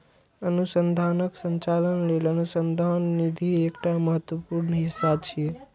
अनुसंधानक संचालन लेल अनुसंधान निधि एकटा महत्वपूर्ण हिस्सा छियै